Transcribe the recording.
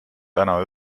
täna